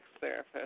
therapist